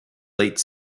late